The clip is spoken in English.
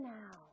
now